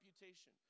reputation